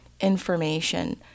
information